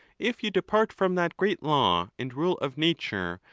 if you depart from that great law and rule of nature,